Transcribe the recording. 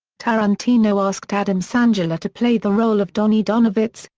tarantino asked adam sandler to play the role of donny donowitz,